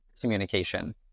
communication